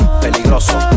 peligroso